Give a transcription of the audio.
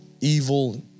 Evil